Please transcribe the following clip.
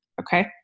Okay